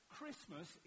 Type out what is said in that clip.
Christmas